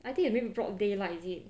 I think you mean broad daylight is it